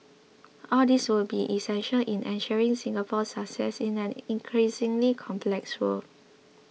all these will be essential in ensuring Singapore's success in an increasingly complex world